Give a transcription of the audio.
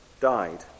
Died